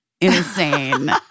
insane